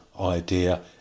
idea